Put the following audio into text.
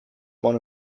one